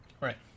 Right